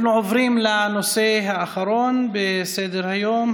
אנחנו עוברים לנושא האחרון בסדר-היום,